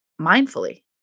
mindfully